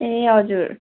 ए हजुर